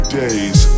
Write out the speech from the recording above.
days